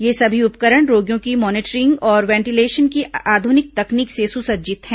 ये सभी उपकरण रोगियों की मॉनिटरिंग और वेंटिलेशन की आधुनिक तकनीक से सुसज्जित हैं